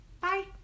bye